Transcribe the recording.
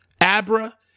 abra